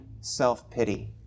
self-pity